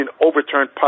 overturned